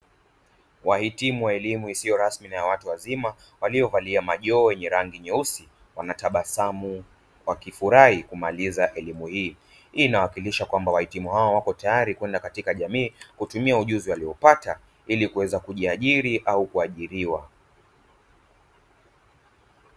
Wahitimu wa elimu isiyo rasmi na ya watu wazima waliyovalia majoho yenye rangi nyeusi wanatabasamu wakifurahi kumaliza elimu hii. Hii inawakilisha kwamba wahitimu hawa wako tayari kwenda katika jamii kutumia ujuzi waliyoupata ili kuweza kujiajiri au kuajiriwa.